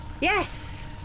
Yes